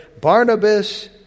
Barnabas